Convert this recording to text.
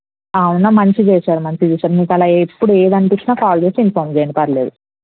అవునా మంచిగా చేశారు మంచిగా చేశారు మీకలా ఎప్పుడు ఏదనిపించినా కాల్ చేసి ఇన్ఫార్మ్ చెయ్యండి పర్వాలేదు